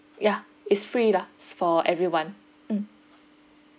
yeah it's free lah it's for everyone mm